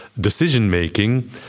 decision-making